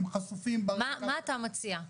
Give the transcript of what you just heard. דבר נוסף, לגבי התפוסה, בתי חולים פסיכיאטרים,